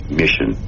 mission